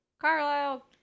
Carlisle